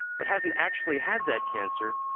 but hasn't actually had that cancer,